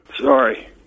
sorry